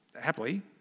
happily